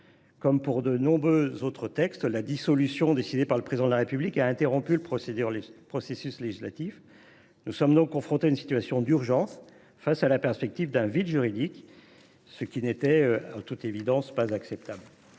Comme pour de nombreux autres textes, la dissolution décidée par le Président de la République a interrompu le processus législatif. Nous sommes donc confrontés à une situation d’urgence, avec la perspective d’un vide juridique qui n’était de toute évidence pas acceptable.